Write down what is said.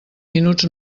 minuts